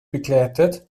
begleitet